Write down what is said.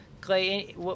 Clay